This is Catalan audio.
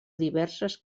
diverses